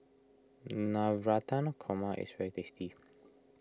Navratan Korma is very tasty